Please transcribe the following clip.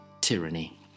tyranny